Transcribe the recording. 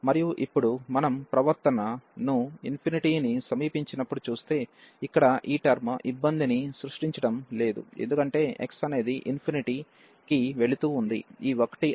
మరియు ఇప్పుడు మనం ప్రవర్తనను ని సమీపించినప్పుడు చూస్తే ఇక్కడ ఈ టర్మ్ ఇబ్బందిని సృష్టించడం లేదు ఎందుకంటే x అనేది కి వెళుతూ వుంది ఈ 1 అవుతుంది